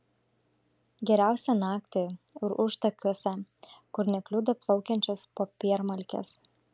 geriausia naktį ir užtakiuose kur nekliudo plaukiančios popiermalkės